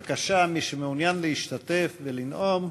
בבקשה, מי שמעוניין להשתתף ולנאום